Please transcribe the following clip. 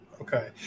Okay